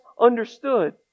understood